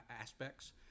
aspects